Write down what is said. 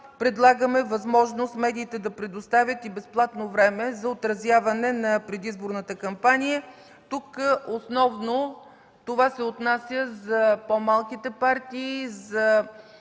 предлагаме възможност медиите да предоставят и безплатно време за отразяване на предизборната кампания. Тук основно това се отнася за по-малките партии, за